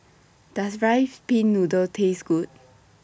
Does Rice Pin Noodles Taste Good